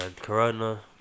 Corona